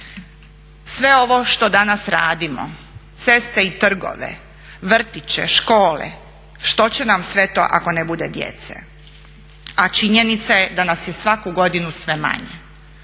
Sve ovo što danas radimo, ceste i trgove, vrtiće, škole, što će nam sve to ako ne bude djece, a činjenica je da nas je svaku godinu sve manje.